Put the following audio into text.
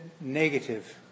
negative